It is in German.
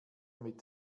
mit